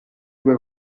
due